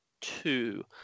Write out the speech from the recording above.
two